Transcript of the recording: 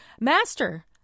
Master